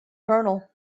colonel